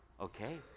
Okay